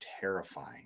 terrifying